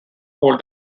hold